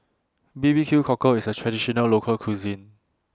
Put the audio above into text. B B Q Cockle IS A Traditional Local Cuisine